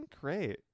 great